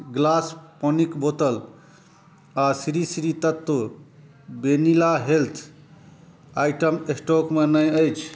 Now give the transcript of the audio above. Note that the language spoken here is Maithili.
ग्लास पानिक बोतल आ Shri Shri Tattva vanilla health item स्टॉकमे नहि अछि